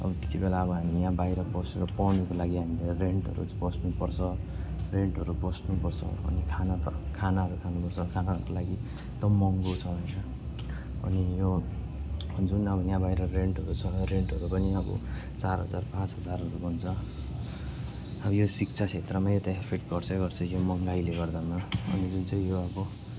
अब त्यत्ति बेला अब हामी यहाँ बाहिर बसेर पढ्नुको लागि हामीले रेन्टहरू बस्नुपर्छ रेन्टहरू बस्नुपर्छ अनि खाना त खानाहरू खानुपर्छ खानाहरूको लागि एकदम महँगो छ यहाँ अनि यो जुन अब यहाँ बाहिर रेन्टहरू छ रेन्टहरू पनि अब चार हजार पाँच हजारहरू भन्छ अब यो शिक्षा क्षेत्रमा यो त इफेक्ट गर्छै गर्छ यो महँगाइले गर्दामा अनि जुन चाहिँ यो अब